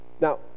Now